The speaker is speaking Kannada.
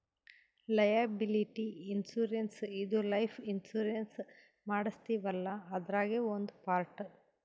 ಲಯಾಬಿಲಿಟಿ ಇನ್ಶೂರೆನ್ಸ್ ಇದು ಲೈಫ್ ಇನ್ಶೂರೆನ್ಸ್ ಮಾಡಸ್ತೀವಲ್ಲ ಅದ್ರಾಗೇ ಒಂದ್ ಪಾರ್ಟ್